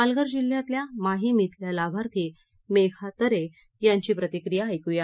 पालघर जिल्ह्यातल्या माहीम शांतीनगर खिल्या लाभार्थी मेघा तरे यांची प्रतिक्रिया ऐकूया